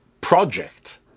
project